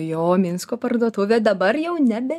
jo minsko parduotuvė dabar jau nebe